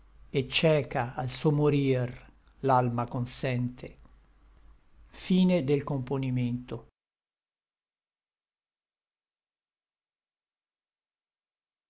et cieca al suo morir l'alma consente a